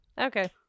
Okay